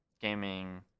gaming